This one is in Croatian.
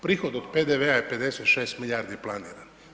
Prihod od PDV-a je 56 milijardi planiran.